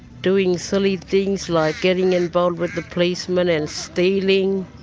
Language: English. doing silly things like getting involved with the policemen and stealing.